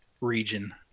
region